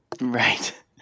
Right